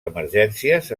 emergències